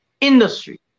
industry